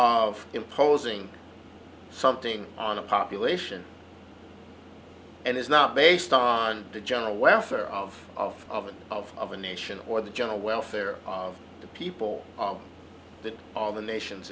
of imposing something on the population and it's not based on the general welfare of of the nation or the general welfare of the people that all the nations